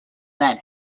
men